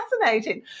fascinating